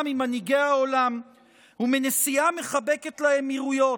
ממנהיגי העולם ומנסיעה מחבקת לאמירויות.